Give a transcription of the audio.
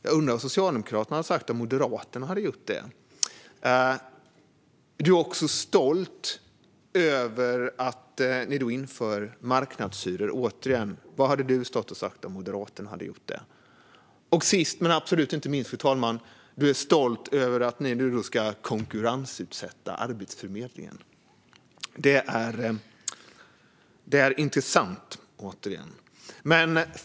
Jag undrar vad Socialdemokraterna hade sagt om Moderaterna hade gjort så. Du är också stolt över att ni inför marknadshyror. Återigen undrar jag vad du hade sagt om Moderaterna hade gjort det. Sist, men absolut inte minst, fru talman, är Ola Möller stolt över att ni ska konkurrensutsätta Arbetsförmedlingen. Det är intressant.